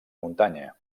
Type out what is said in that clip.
muntanya